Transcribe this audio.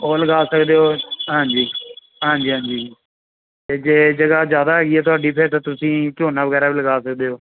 ਉਹ ਲਗਾ ਸਕਦੇ ਹੋ ਹਾਂਜੀ ਹਾਂਜੀ ਹਾਂਜੀ ਅਤੇ ਜੇ ਜਗ੍ਹਾ ਜ਼ਿਆਦਾ ਹੈਗੀ ਆ ਤੁਹਾਡੀ ਫਿਰ ਤਾਂ ਤੁਸੀਂ ਝੋਨਾ ਵਗੈਰਾ ਵੀ ਲਗਾ ਸਕਦੇ ਹੋ